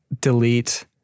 delete